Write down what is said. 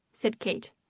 said kate.